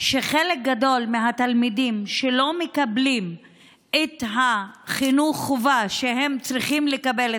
שחלק גדול מהתלמידים שלא מקבלים את חינוך החובה שהם צריכים לקבל,